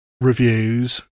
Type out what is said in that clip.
reviews